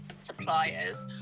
suppliers